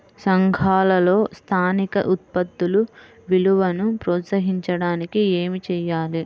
సంఘాలలో స్థానిక ఉత్పత్తుల విలువను ప్రోత్సహించడానికి ఏమి చేయాలి?